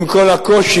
עם כל הקושי,